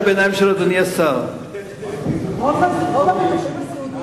רוב הביטוחים הסיעודיים,